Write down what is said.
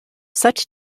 such